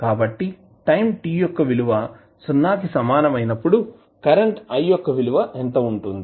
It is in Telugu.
కాబట్టిటైం t యొక్క విలువ సున్నా కి సమానం అయినప్పుడు కరెంటు I యొక్క విలువ ఎంత ఉంటుంది